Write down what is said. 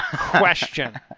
question